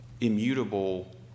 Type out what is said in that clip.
immutable